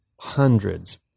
hundreds